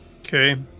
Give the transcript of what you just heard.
Okay